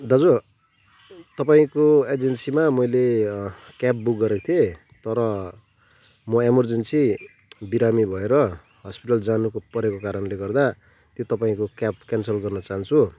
दाजु तपाईँको एजेन्सीमा मैले क्याब बुक गरेको थिएँ तर म एमर्जेन्सी बिरामी भएर हस्पिटल जानु परेको कारणले गर्दा त्यो तपाईँको क्याब क्यान्सल गर्न चहान्छु